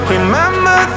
Remember